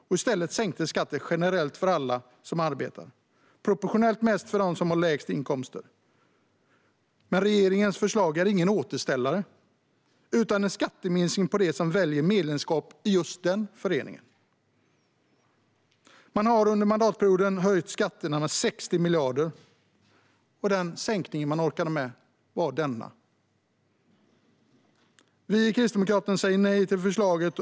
I stället sänktes skatten generellt för alla som arbetar, proportionellt mest för dem med lägst inkomster. Men regeringens förslag är ingen återställare, utan en skatteminskning för dem som väljer medlemskap i en viss förening. Under mandatperioden har man höjt skatterna med 60 miljarder. Den sänkning man orkade med var denna. Kristdemokraterna säger nej till förslaget.